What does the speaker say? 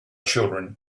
children